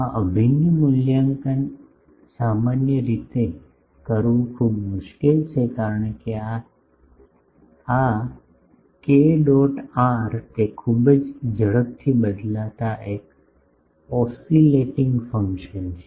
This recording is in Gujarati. આ અભિન્નનું સામાન્ય રીતે મૂલ્યાંકન કરવું ખૂબ મુશ્કેલ છે કારણ કે આ કે ડોટ આર તે ખૂબ જ ઝડપથી બદલાતા એક ઓસિલેટીંગ ફંક્શન છે